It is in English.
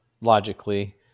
logically